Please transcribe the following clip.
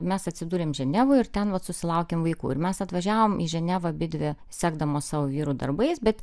mes atsidūrėm ženevoj ir ten vat susilaukėm vaikų ir mes atvažiavom į ženevą abidvi sekdamos savo vyrų darbais bet